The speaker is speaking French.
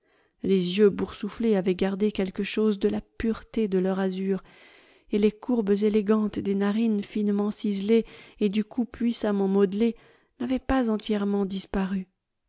les yeux boursouflés avaient gardé quelque chose de la pureté de leur azur et les courbes élégantes des narines finement ciselées et du cou puissamment modelé n'avaient pas entièrement disparu